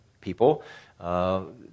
people